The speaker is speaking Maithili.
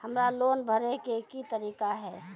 हमरा लोन भरे के की तरीका है?